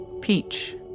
Peach